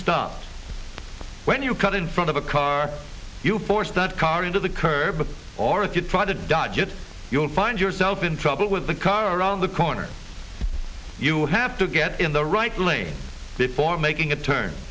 stopped when you cut in front of a car you forced that car into the curb or if you tried to dodge it you'll find yourself in trouble with the car around the corner you have to get in the right lane before making a t